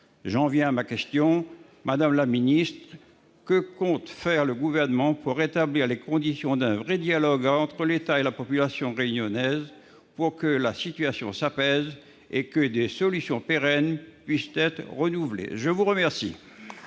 J'en viens à ma question. Madame la ministre, que compte faire le Gouvernement pour rétablir les conditions d'un véritable dialogue entre l'État et la population réunionnaise, afin que la situation s'apaise et que des solutions pérennes puissent être trouvées ? La parole